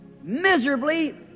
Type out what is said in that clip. miserably